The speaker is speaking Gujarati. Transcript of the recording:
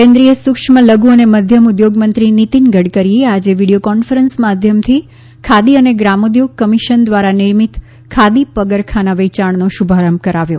કેન્રિમતશ્રૂ કમ્યલધુ અને મધ્યમ ઉદ્યોગમંત્રી નિતિન ગડકરીએ આજે વિડીયો કોન્ફરન્સ માધ્યમથી ખાદી અને ગ્રામોદ્યોગ કમિશન દ્વારા નિર્મિત ખાદી પગરખાના વેચાણનો શુભારંભ કરાવ્યો